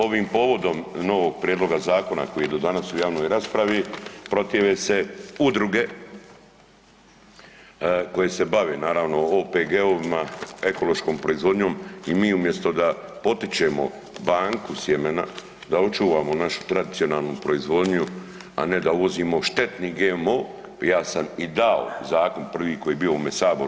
Ovim povodom novog prijedloga zakona koji je do danas u javnoj raspravi protive se udruge koji se bave naravno OPG-vima, ekološkom proizvodnjom i mi umjesto da potičemo banku sjemena da očuvamo našu tradicionalnu proizvodnju, a ne da uvozimo štetni GMO ja sam i dao zakon prvi koji je bio u ovome Saboru.